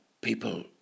people